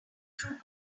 through